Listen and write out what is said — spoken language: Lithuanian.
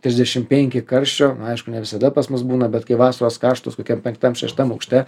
trisdešimt penki karščio aišku ne visada pas mus būna bet kai vasaros karštos kokiam penktam šeštam aukšte